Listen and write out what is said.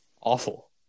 awful